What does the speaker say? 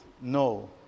no